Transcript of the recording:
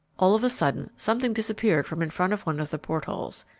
all of a sudden something disappeared from in front of one of the portholes.